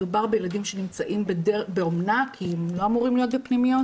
מדובר בילדים שנמצאים באומנה כי הם לא אמורים להיות בפנימיות,